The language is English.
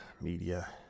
Media